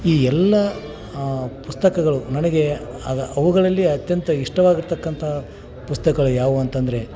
ಈ ಎಲ್ಲ ಪುಸ್ತಕಗಳು ನನಗೆ ಅದ ಅವುಗಳಲ್ಲಿ ಅತ್ಯಂತ ಇಷ್ಟವಾಗಿರತಕ್ಕಂತಹ ಪುಸ್ತಕ್ಗಳು ಯಾವುವು ಅಂತಂದರೆ